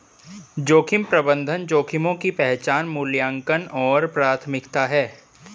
जोखिम प्रबंधन जोखिमों की पहचान मूल्यांकन और प्राथमिकता है